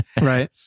Right